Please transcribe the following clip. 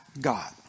God